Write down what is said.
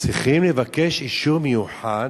צריכים לבקש אישור מיוחד,